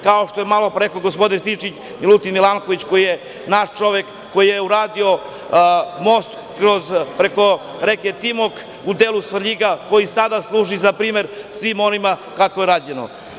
Kao što je malopre rekao gospodin Rističević, Milutin Milanković, koji je naš čovek, koji je uradio most preko reke Timok u delu Svrljiga, koji sada služi za primer svima onima kako je urađeno.